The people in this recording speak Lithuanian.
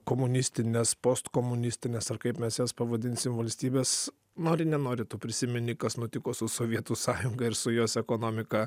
komunistines postkomunistines ar kaip mes jas pavadinsime valstybes nori nenori tu prisimeni kas nutiko su sovietų sąjunga ir su jos ekonomika